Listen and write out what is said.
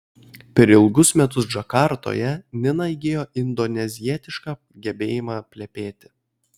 per ilgus metus džakartoje nina įgijo indonezietišką gebėjimą plepėti